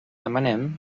demanem